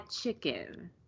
chicken